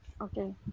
okay